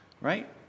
right